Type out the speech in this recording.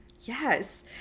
Yes